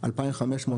2,500 קוב.